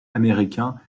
américains